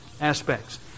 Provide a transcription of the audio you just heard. aspects